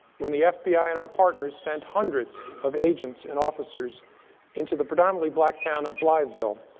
when the fbi and our partners sent hundreds of agents and officers into the predominantly black town of blytheville,